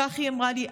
כך היא אמרה לי.